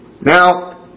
Now